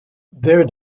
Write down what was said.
their